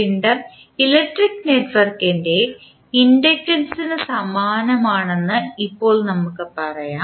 പിണ്ഡം ഇലക്ട്രിക് നെറ്റ്വർക്കിൻറെ ഇൻഡക്റ്റൻസിന് സമാനമാണെന്ന് ഇപ്പോൾ നമുക്ക് പറയാം